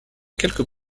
quelques